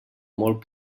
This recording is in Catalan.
molt